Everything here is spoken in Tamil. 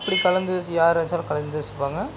அப்படி கலந்து யார் கலந்து யோசிப்பாங்க